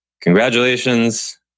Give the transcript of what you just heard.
Congratulations